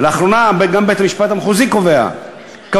ולאחרונה גם בית-המשפט המחוזי קבע: